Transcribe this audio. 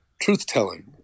truth-telling